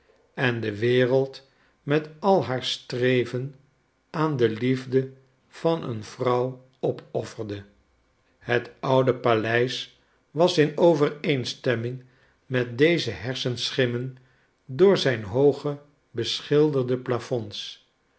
en de wereld met al haar streven aan de liefde van een vrouw opofferde het oude paleis was in overeenstemming met deze hersenschimmen door zijn hooge beschilderde plafonds